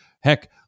Heck